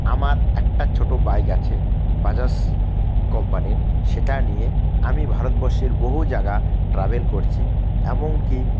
আমার একটা ছোটো বাইক আছে বাজাজ কোম্পানির সেটা নিয়ে আমি ভারতবর্ষের বহু জায়গা ট্রাভেল করছি এমনকি